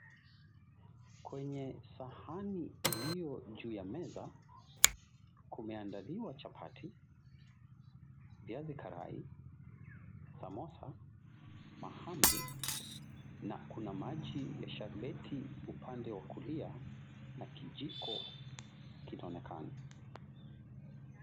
Kwenye sahani iliyo juu ya meza kumeandaliwa chapati, viazi karai, samosa, mahamri na kuna maji ya sharubati upande wa kulia na kijiko kinaonekana.